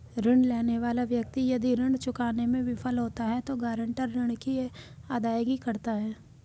ऋण लेने वाला व्यक्ति यदि ऋण चुकाने में विफल होता है तो गारंटर ऋण की अदायगी करता है